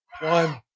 One